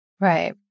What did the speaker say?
Right